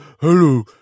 hello